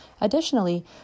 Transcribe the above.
Additionally